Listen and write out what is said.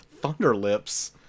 Thunderlips